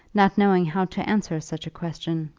not knowing how to answer such a question.